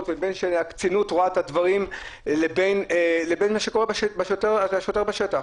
לבין הקצונה שרואה את הדברים לבין מה שקורה עם השוטר בשטח.